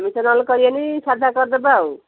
ଆମିଷ ନେହଲେ କରିବାନି ସାଧା କରିଦେବା ଆଉ